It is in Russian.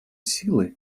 силы